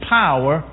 power